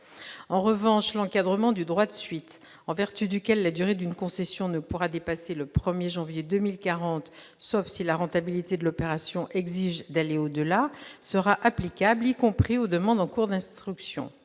En revanche, l'encadrement du droit de suite, en vertu duquel la durée d'une concession ne pourra dépasser le 1 janvier 2040, sauf si la rentabilité de l'opération exige d'aller au-delà, sera applicable y compris aux demandes en cours d'instruction.